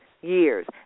years